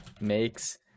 makes